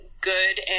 good